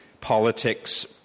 politics